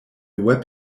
web